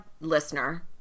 listener